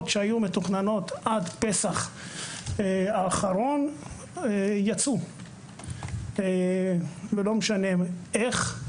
שהיו מתוכננות עד פסח האחרון יצאו ולא משנה איך.